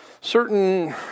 certain